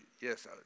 yes